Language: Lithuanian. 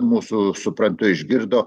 mūsų suprantu išgirdo